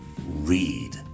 read